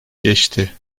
geçti